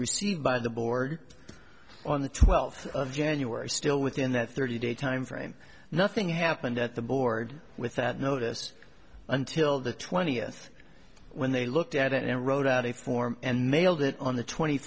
received by the board on the twelfth of january still within that thirty day timeframe nothing happened at the board with that notice until the twentieth when they looked at it and wrote out a form and mailed it on the twenty